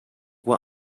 was